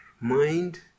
mind